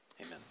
amen